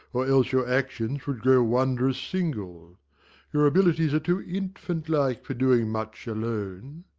or else your actions would grow wondrous single your abilities are too infant-like for doing much alone.